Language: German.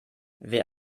wer